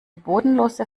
bodenlose